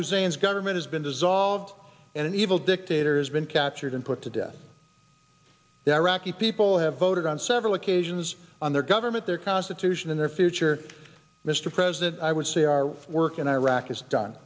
hussein's government has been dissolved and an evil dictator has been captured and put to death the iraqi people have voted on several occasions on their government their constitution and their future mr president i would say our work in iraq is done